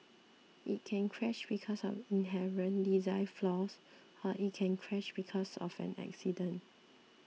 it can crash because of inherent design flaws or it can crash because of an accident